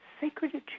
sacred